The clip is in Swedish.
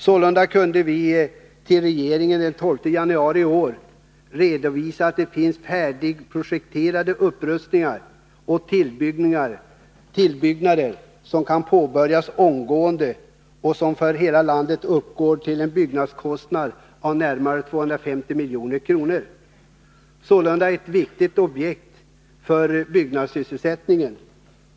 Sålunda kunde vi till regeringen den 12 januari i år redovisa att det finns färdigprojekterade upprustningar och tillbyggnader som kan påbörjas omgående och som för hela landet uppgår till en byggnadskostnad av närmare 250 milj.kr., alltså ett viktigt objekt för byggnadssysselsättningen.